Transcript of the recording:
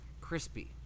crispy